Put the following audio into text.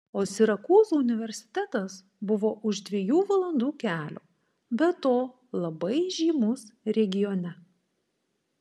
o sirakūzų universitetas buvo už dviejų valandų kelio be to labai žymus regione